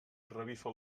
revifa